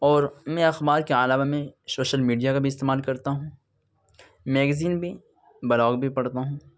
اور میں اخبار کے علاوہ میں سوشل میڈیا کا بھی استعمال کرتا ہوں میگزیں بھی بلاگ بھی پڑھتا ہوں